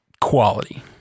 quality